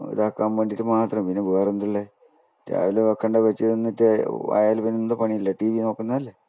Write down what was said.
ഇതാക്കൻ വേണ്ടിയിട്ട് മാത്രം പിന്നെ വേറെ എന്താണ് ഉള്ളത് രാവിലെ വയ്ക്കണ്ടത് വച്ച് തന്നിട്ട് ആയാൽ എന്താണ് പണി ഉള്ളത് ടി വി നോക്കുന്നതല്ലേ